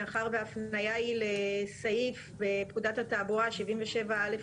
מאחר שההפניה היא לסעיף בפקודת התעבורה 77(א)(2),